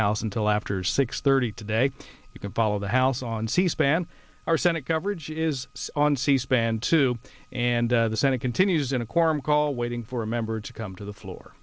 house until after six thirty today you can follow the house on c span our senate coverage is on c span too and the senate continues in a quorum call waiting for a member to come to the floor